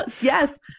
Yes